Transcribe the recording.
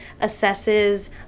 assesses